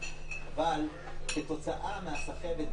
אבל כתוצאה מהסחבת,